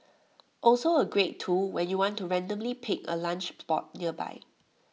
also A great tool when you want to randomly pick A lunch spot nearby